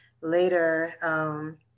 later